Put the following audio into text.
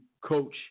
coach